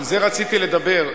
על זה רציתי לדבר.